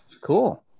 cool